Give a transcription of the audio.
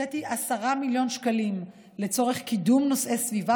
הקציתי 10 מיליון שקלים לצורך קידום נושאי סביבה